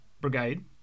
brigade